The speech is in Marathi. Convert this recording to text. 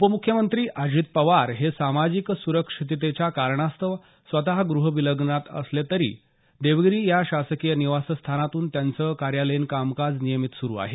उपम्ख्यमंत्री अजित पवार हे सामाजिक सुरक्षिततेच्या कारणास्तव स्वतः ग्रहविलगीकरणात असले तरीही देवगिरी या शासकीय निवासस्थानातून त्यांचं कार्यालयीन कामकाज नियमित सुरु आहे